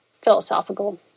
philosophical